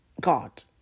God